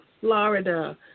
Florida